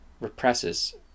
represses